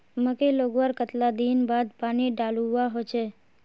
मकई लगवार कतला दिन बाद पानी डालुवा होचे?